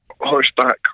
horseback